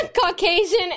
caucasian